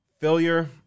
Failure